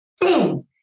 boom